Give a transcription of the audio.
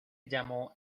llamó